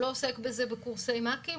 הוא לא עוסק בזה בקורסי מ"כים,